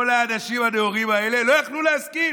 כל האנשים הנאורים לא יכלו להסכים.